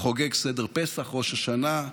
חוגג סדר פסח, ראש השנה,